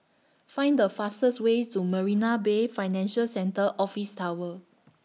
Find The fastest Way to Marina Bay Financial Centre Office Tower